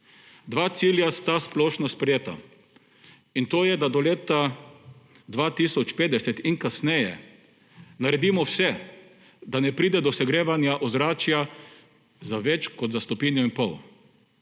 Dva cilja sta splošno sprejeta, in to je, da do leta 2050 in kasneje naredimo vse, da ne pride do segrevanja ozračja za več kot za stopinjo in pol.